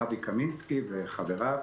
אבי קמינסקי וחבריו,